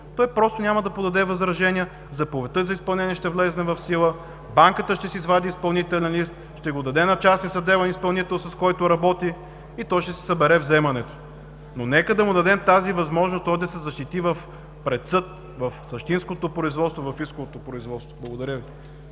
той просто няма да подаде възражения, заповедта за изпълнение ще влезне в сила, банката ще си извади изпълнителен лист, ще го даде на частен съдебен изпълнител, с който работи и той ще си събере вземането, но нека да му дадем тази възможност, той да се защити пред съд, в същинското производство, в исковото производство. Благодаря Ви.